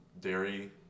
dairy